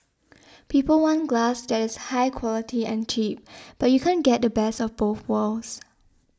people want glass that is high quality and cheap but you can't get the best of both worlds